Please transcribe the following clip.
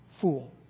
fool